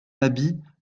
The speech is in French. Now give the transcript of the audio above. habit